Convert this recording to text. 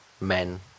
men